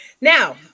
Now